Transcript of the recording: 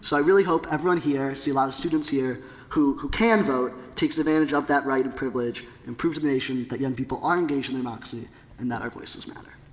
so i really hope everyone here, i see a lot of students here who, who can vote takes advantage of that right and privilege and proves to the nation that young people are engaged in the democracy and that our voices matter.